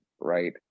right